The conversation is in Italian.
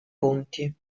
ponti